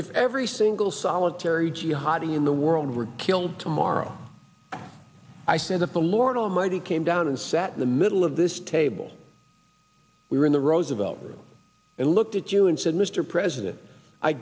if every single solitary jihadi in the world were killed tomorrow i say that the lord almighty came down and sat in the middle of this table we were in the roosevelt room and looked at you and said mr president i